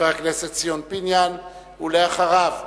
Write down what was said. חבר הכנסת ציון פיניאן, אחריו,